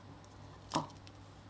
oh